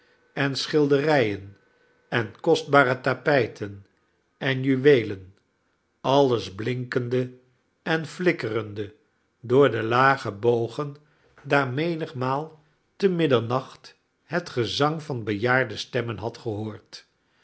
en schilderijen en kostbare tapijten en juweelen alles blinkende en flikkerende door de lage bogen daar menigmaal te middernacht het gezang van bejaarde stemrnen had gehoord